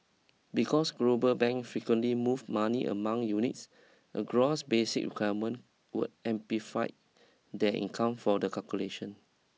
because global banks frequently move money among units a gross basis requirement would amplify their income for the calculation